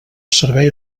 servei